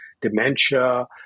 dementia